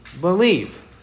believe